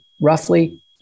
roughly